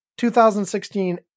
2016